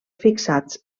fixats